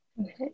Okay